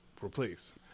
replace